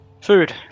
Food